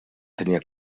tenia